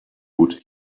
would